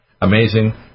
Amazing